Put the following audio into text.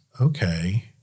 okay